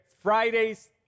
Fridays